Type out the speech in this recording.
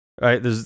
right